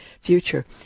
future